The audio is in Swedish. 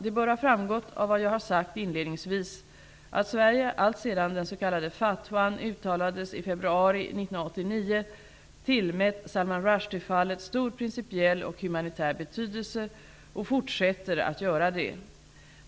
Det bör ha framgått av vad jag har sagt inledningsvis, att Sverige alltsedan den s.k. Rushdie-fallet stor principiell och humanitär betydelse, och fortsätter att göra det.